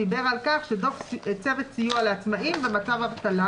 דיבר על כך שצוות סיוע לעצמאים במצב אבטלה